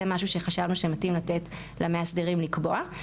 זה משהו שחשבנו שמתאים לתת למאסדרים לקבוע.